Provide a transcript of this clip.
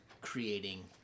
creating